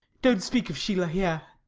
don't speak of sheila here.